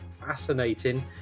fascinating